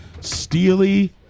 Steely